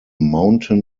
mountain